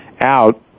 out